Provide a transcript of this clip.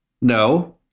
No